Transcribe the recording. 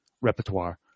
repertoire